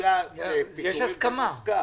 יש הסכמה.